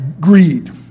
greed